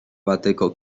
bateko